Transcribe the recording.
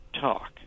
talk